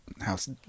House